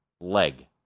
leg